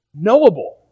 knowable